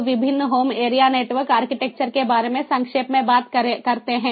अब विभिन्न home area network architecture के बारे में संक्षेप में बात करते हैं